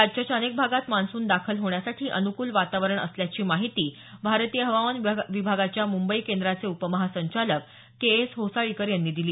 राज्याच्या अनेक भागात मान्सून दाखल होण्यासाठी अनुकूल वातावरण असल्याची माहिती भारतीय हवामान विभागाच्या मुंबई केंद्राचे उपमहासंचालक के एस होसाळीकर यांनी दिली